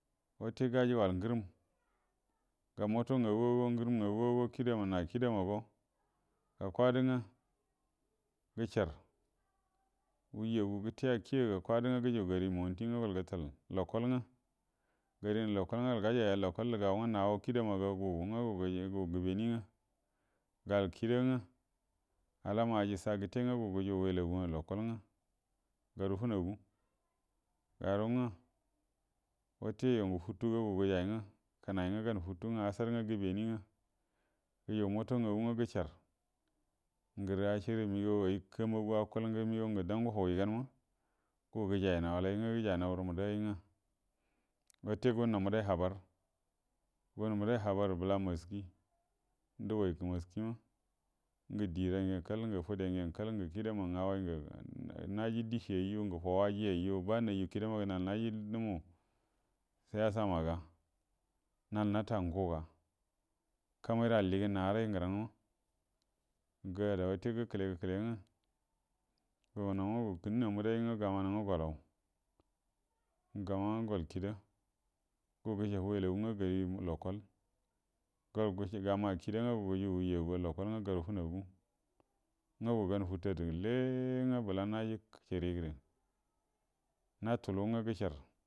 Wate gajugual ngərəam ga watə moto ngagu’a go, ngərəmgagu’a na kida ma ga ga kwada ngwə gəcəar, hujjagu gəte ‘a kiyi ‘a ga kwadə ngwə gəjugu gari monti ngwə gol gətal lekol ngwə gari ngwə gari ngwə lekol ngwə gal gajay gaynə gərə gaunə, ga gu ngwə gu gəbəni ngəw gal kida ngwə alama aji sa gətə ngwə gu gujugu welaguwa lekol ngwə garu fənagu garu ngwə watə yungə futu ga gu gəjay ngəwə kənay ngwə gan futu ngwə asar ngwə ngoenie ngwə gujugu moto ngagu ngəwə gəcəar ngərə acierə məgəaw ay kama’a gu akuəl ga məgəw ngə dan go hugui gan na gu gəjay naw alay ngwə gəjay naw rə madəgay, watə gunnaw madəgai habar gundaw madə habar bəla maski dugui kəmaski, ngə diega gyəu kal fudega gyen kal ngə kidama ngagauay ngə naji dəcie ngyen kal ngə faw aji dəcien gyen kal, ba naju kida maga nal naji dumu siyasama ga nal nata nguga kamairə alligə naray ngəranma, ga ada watə gəkələ, gəkələ, ngwə gunnaw ngwə gunawo gu gəkaminaw maday ngwə gamanaw ngwə golaw, gama goul kida gu gujugu hujja guco lekol, garu funaga ngwə gu gan futadə le ngə bəla naji cir nyə natulu ngwə gəcəar.